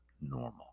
normal